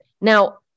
Now